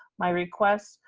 my request,